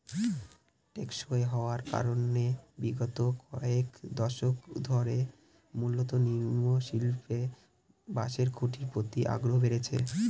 টেকসই হওয়ার কারনে বিগত কয়েক দশক ধরে মূলত নির্মাণশিল্পে বাঁশের খুঁটির প্রতি আগ্রহ বেড়েছে